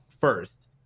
first